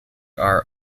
are